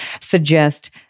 suggest